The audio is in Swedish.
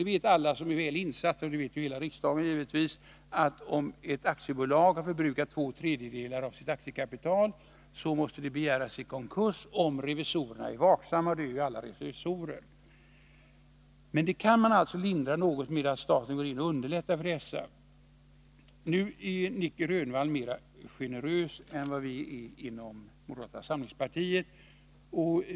Det vet alla som är väl insatta i dessa frågor — och det vet givetvis hela riksdagen — att ett aktiebolag, som har förbrukat två tredjedelar av sitt aktiekapital, måste begära sig i likvidation, om revisorerna är vaksamma. Och det är ju alla revisorer. Men detta kan man lindra något genom att staten går in och underlättar för dessa företag. Nic Grönvall är mer generös än vi är inom moderata samlingspartiet.